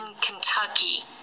Kentucky